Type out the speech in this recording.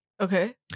Okay